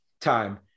time